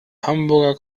hamburger